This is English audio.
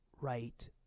right